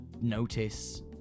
notice